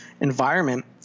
environment